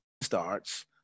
starts